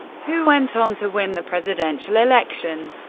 who went on to win the presidential election.